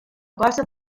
cosa